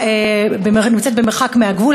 נמצאת במרחק מהגבול,